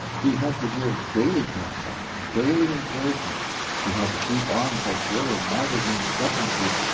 he had to give daily counsel, daily encouragement he had to keep on procuring magazine acceptances,